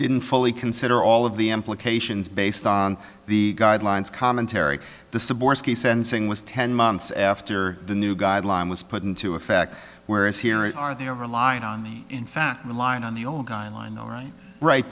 didn't fully consider all of the implications based on the guidelines commentary the sensing was ten months after the new guideline was put into effect whereas here you are there reliant on in fact relying on the old guy line all right right